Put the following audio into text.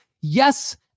Yes